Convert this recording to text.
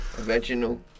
original